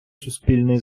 суспільний